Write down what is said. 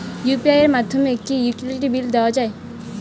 UPI এর মাধ্যমে কি ইউটিলিটি বিল দেওয়া যায়?